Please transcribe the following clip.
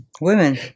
Women